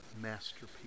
masterpiece